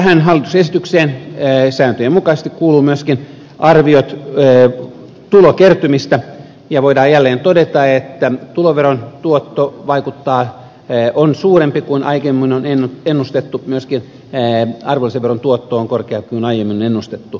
tähän hallituksen esitykseen sääntöjen mukaisesti kuuluvat myöskin arviot tulokertymistä ja voidaan jälleen todeta että tuloveron tuotto on suurempi kuin aiemmin on ennustettu myöskin arvonlisäveron tuotto on korkeampi kuin aiemmin on ennustettu